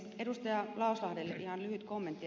edustaja lauslahdelle ihan lyhyt kommentti